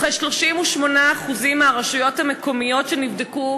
ובכ-38% מהרשויות המקומיות שנבדקו